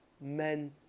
men